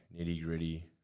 nitty-gritty